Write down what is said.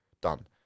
done